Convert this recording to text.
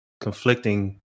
conflicting